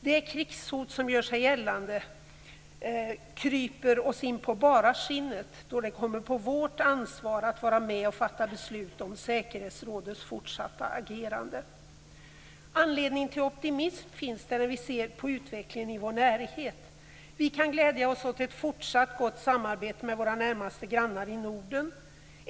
Det krigshot som gör sig gällande kryper oss inpå bara skinnet då det kommer på vårt ansvar att vara med och fatta beslut om säkerhetsrådets fortsatta agerande. Anledning till optimism finns det när vi ser på utvecklingen i vår närhet. Vi kan glädja oss åt ett fortsatt gott samarbete med våra närmaste grannar i Norden.